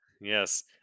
Yes